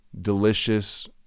delicious